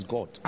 God